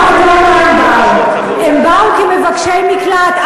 הם באו כמבקשי מקלט.